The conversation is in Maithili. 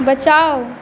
बचाउ